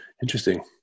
Interesting